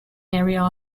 area